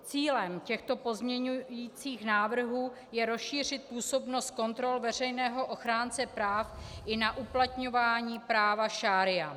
Cílem těchto pozměňovacích návrhů je rozšířit působnost kontrol veřejného ochránce práv i na uplatňování práva šaría.